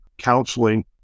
Counseling